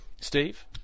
Steve